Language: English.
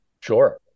Sure